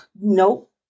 Nope